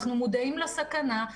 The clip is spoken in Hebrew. אנחנו מודעים לסכנה,